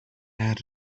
had